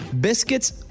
biscuits